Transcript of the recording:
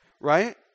right